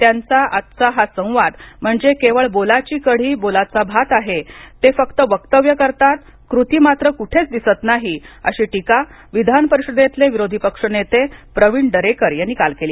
त्यांचा आजचा हा संवाद म्हणजे केवळ बोलाची कढी बोलाचा भात आहे ते फक्त वक्तव्ये करतात कृती मात्र कुठे दिसत नाही अशी टिका विधान परिषदेतले विरोधी पक्ष नेते प्रविण दरेकर यांनी काल केली